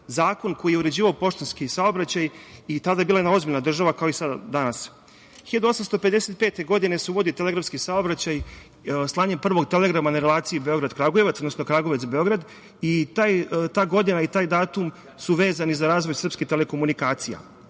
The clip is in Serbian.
zakon koji je uređivao poštanski saobraćaj i tada je bila jedna ozbiljna država, kao i danas. Godine 1885. se uvodi telegrafski saobraćaj slanjem prvog telegrama na relaciji Beograd-Kragujevac, odnosno Kragujevac-Beograd. Ta godina i taj datum su vezani za razvoj srpskih telekomunikacija. Godine